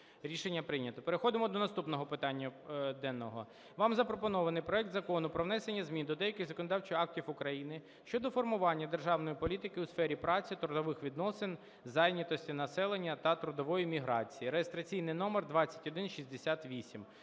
Рішення прийнято. Переходимо до наступного питання порядку денного. Вам запропонований проект Закону про внесення змін до деяких законодавчих актів України щодо формування державної політики у сфері праці, трудових відносин, зайнятості населення та трудової міграції (реєстраційний номер 2168).